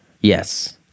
yes